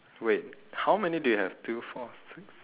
wait how many do you have two four six